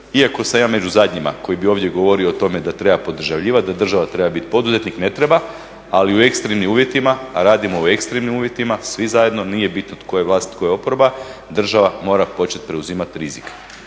iako sam ja među zadnjima koji bi ovdje govorio o tome da treba podržavljivat, da država treba bit poduzetnik, ne treba, ali u ekstremnim uvjetima, radimo u ekstremnim uvjetima svi zajedno, nije bitno tko je vlast, tko je oporba, država mora počet preuzimat rizik.